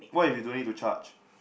what if you don't need to charge